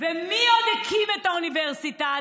מי עוד הקים את האוניברסיטה?